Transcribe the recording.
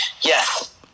Yes